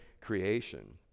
creation